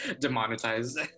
demonetized